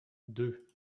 deux